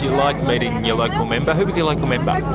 like meeting your local member? who was your local member?